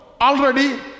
Already